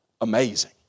amazing